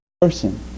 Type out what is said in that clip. person